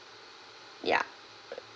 ya